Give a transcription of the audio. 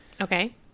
okay